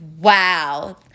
Wow